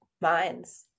minds